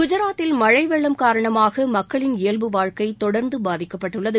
குஜராத்தில் மழை வெள்ளம் காரணமாக மக்களின் இயல்பு வாழ்க்கை தொடர்ந்து பாதிக்கப்பட்டுள்ளது